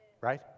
Right